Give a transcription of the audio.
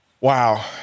wow